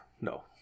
no